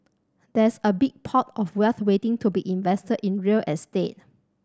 there's a big pot of wealth waiting to be invested in real estate